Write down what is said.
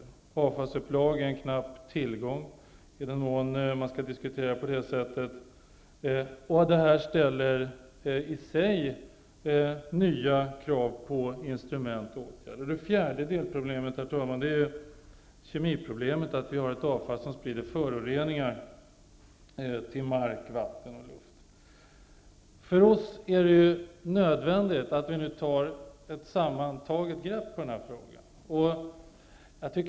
Platser för avfallslagring är en knapp tillgång, i den mån man skall diskutera på det sättet. Det ställer i sig nya krav på instrument och åtgärder. Herr talman! Det fjärde delproblemet är kemiproblemet. Det finns avfall som sprider föroreningar till mark, vatten och luft. För oss är det nödvändigt att nu ta ett sammantaget grepp på denna fråga.